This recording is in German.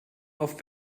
auf